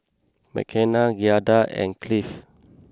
Mckenna Giada and Cliff